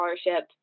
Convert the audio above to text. scholarship